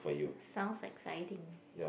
sounds exciting